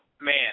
man